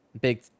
big